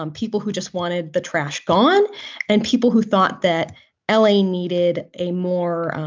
um people who just wanted the trash gone and people who thought that l a. needed a more,